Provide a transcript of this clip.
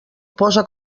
posa